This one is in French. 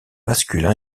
masculin